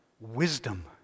wisdom